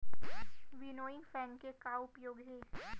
Winnowing fan के का उपयोग हे?